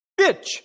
Bitch